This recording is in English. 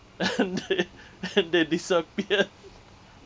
and they and they disappeared